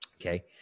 okay